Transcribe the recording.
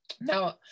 Now